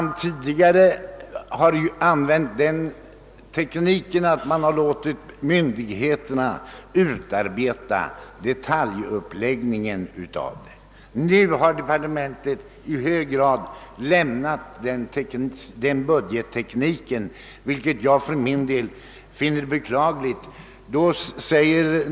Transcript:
Tidigare har den metoden använts att myndigheterna fått utarbeta detaljuppläggningen, men nu har departementet i hög grad övergett denna budgetteknik, vilket jag för min del finner beklagligt.